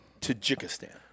Tajikistan